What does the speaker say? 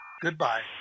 goodbye